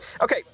Okay